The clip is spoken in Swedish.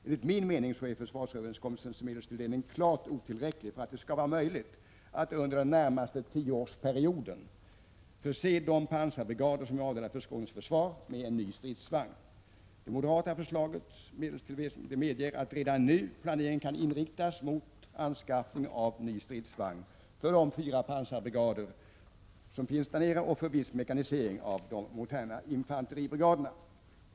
Enligt min mening är försvarsöverenskommelsens medelstilldelning klart otillräcklig för att det skall vara möjligt att under den närmaste tioårsperioden förse de pansarbrigader som är avdelade till Skånes försvar med ny stridsvagn. Det moderata förslaget till medelstilldelning medger att redan nuplaneringen kan inriktas mot anskaffning av en ny stridsvagn för vardera av de fyra pansarbrigaderna i området och för viss mekanisering av de moderna infanteribrigaderna.